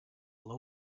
low